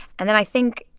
and then i think,